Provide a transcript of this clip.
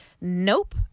nope